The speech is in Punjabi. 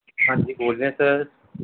ਹਾਂਜੀ ਬੋਲ ਰਿਹਾ ਸਰ